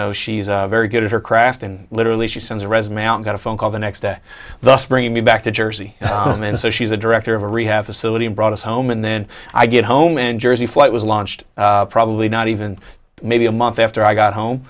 know she's very good at her craft and literally she sends a resume out got a phone call the next day thus bringing me back to jersey and so she's the director of a rehab facility and brought us home and then i get home and jersey flight was launched probably not even maybe a month after i got home